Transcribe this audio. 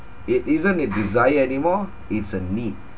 it isn't a desire anymore it's a need